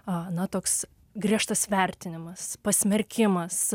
a na toks griežtas vertinimas pasmerkimas